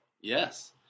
Yes